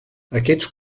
aquests